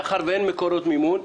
מאחר שאין מקורות מימון,